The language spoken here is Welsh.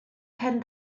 pen